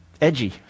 edgy